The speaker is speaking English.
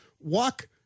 Walk